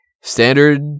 standard